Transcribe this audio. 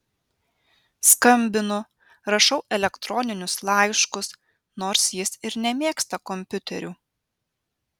skambinu rašau elektroninius laiškus nors jis ir nemėgsta kompiuterių